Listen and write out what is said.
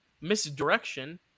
Misdirection